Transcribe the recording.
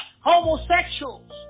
homosexuals